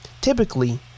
typically